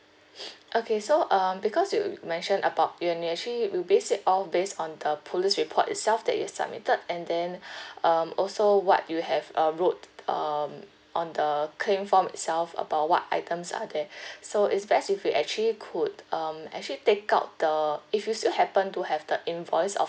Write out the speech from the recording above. okay so um because you mention about you and you actually will base it all based on the police report itself that you submitted and then um also what you have uh wrote um on the claim form itself about what items are there so it's best if you actually could um actually take out the if you happen to have the invoice of